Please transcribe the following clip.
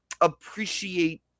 appreciate